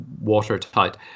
watertight